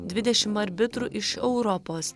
dvidešimt arbitrų iš europos